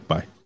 Bye